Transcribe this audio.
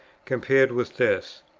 compared with this?